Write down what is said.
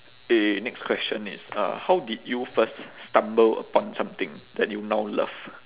eh next question is uh how did you first stumble upon something that you now love